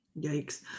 Yikes